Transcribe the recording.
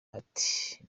ati